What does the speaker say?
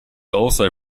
also